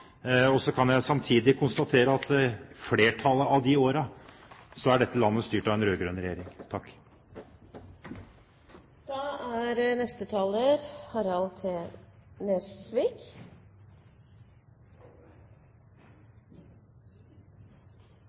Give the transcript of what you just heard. Så kan jeg samtidig konstatere at i de fleste av disse årene har dette landet vært styrt av en rød-grønn regjering.